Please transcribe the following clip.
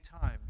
time